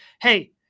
hey